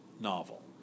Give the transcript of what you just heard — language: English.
novel